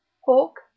hawk